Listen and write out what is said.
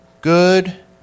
good